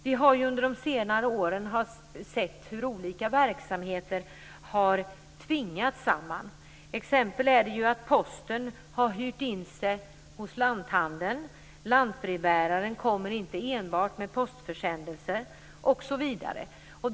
Vi har under senare år sett hur olika verksamheter har tvingats samman. Exempelvis har posten hyrt in sig hos lanthandeln, lantbrevbäraren kommer inte enbart med postförsändelser, osv.